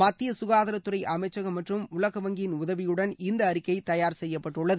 மத்திய சுகாதாரத்துறை அமைச்சகம் மற்றும் உலக வங்கியின் உதவியுடன் இந்த அறிக்கை தயார் செய்யப்பட்டுள்ளது